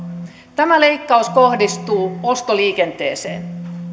tämä leikkaus kohdistuu ostoliikenteeseen